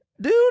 dude